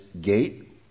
gate